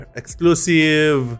exclusive